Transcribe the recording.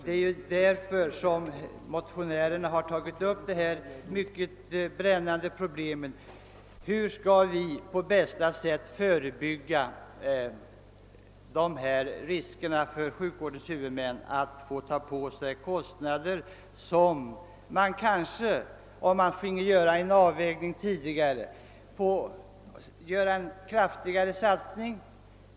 Det är därför som motionärerna har tagit upp det mycket brännande problemet, hur vi på bästa sätt skall förebygga att sjukvårdens huvudmän måste ta på sig alltför höga kostnader. Om man finge göra en avvägning tidigare, skulle man kanske satsa kraftigare på något annat område.